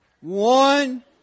One